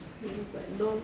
then just like LOL